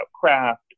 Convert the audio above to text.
craft